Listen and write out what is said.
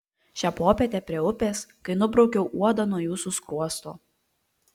šią popietę prie upės kai nubraukiau uodą nuo jūsų skruosto